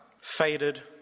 faded